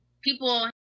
people